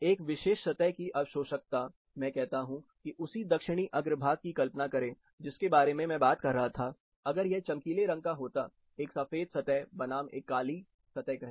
एक विशेष सतह की अवशोषकता मैं कहता हूं कि उसी दक्षिणी अग्रभाग की कल्पना करें जिसके बारे में मैं बात कर रहा था अगर यह चमकीले रंग का होता एक सफेद सतह बनाम एक काली सतह कहें